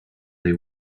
they